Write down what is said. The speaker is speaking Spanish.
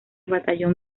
batallón